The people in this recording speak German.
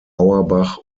auerbach